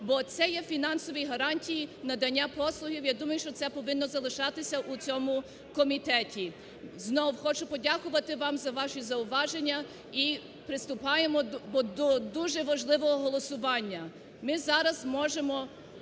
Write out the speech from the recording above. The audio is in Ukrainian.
бо це є фінансові гарантії надання послуг, я думаю, що це повинно залишатися у цьому комітеті. Знову хочу подякувати вам за ваші зауваження і приступаємо до дуже важливого голосування. Ми зараз зможемо,